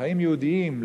לחיים יהודיים,